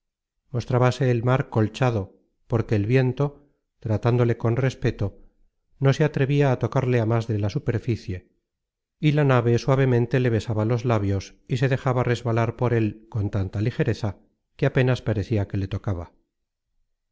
iban rompiendo como digo porque el viento tratándole con respeto no se atrevia á tocarle á más de la superficie y la nave suavemente le besaba los labios y se dejaba resbalar por él con tanta ligereza que apenas parecia que le tocaba